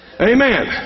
Amen